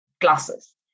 glasses